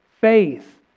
faith